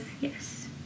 yes